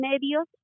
medios